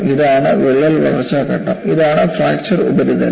ഇതാണ് വിള്ളൽ വളർച്ചാ ഘട്ടം ഇതാണ് ഫ്രാക്ചർ ഉപരിതലം